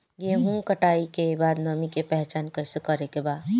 गेहूं कटाई के बाद नमी के पहचान कैसे करेके बा?